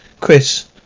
Chris